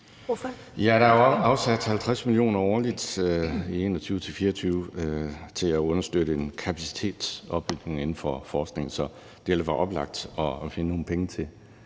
(DF): Der er jo afsat 50 mio. kr. årligt i 2021-24 til at understøtte en kapacitetsopbygning inden for forskningen. Så det vil være oplagt at finde nogle penge til